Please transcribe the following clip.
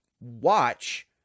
watch